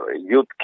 youth